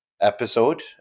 episode